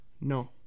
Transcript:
No